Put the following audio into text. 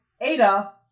Ada